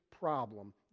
problem